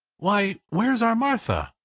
why, where's our martha?